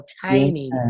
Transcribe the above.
tiny